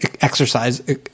exercise